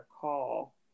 call